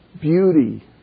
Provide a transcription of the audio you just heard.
beauty